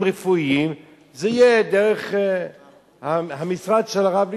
רפואיים יהיה דרך המשרד של הרב ליצמן,